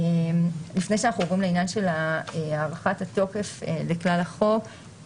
לפני שאנחנו עוברים לעניין של הארכת התוקף לכלל החוק,